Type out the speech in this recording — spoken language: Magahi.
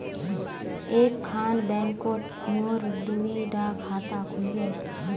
एक खान बैंकोत मोर दुई डा खाता खुल बे?